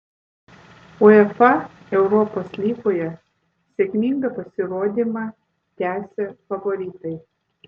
uefa europos lygoje sėkmingą pasirodymą tęsia favoritai